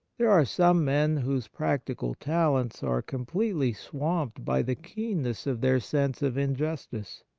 there are some men whose practical talents are completely swamped by the keenness of their sense of injustice.